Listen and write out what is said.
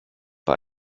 bei